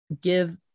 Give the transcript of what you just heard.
give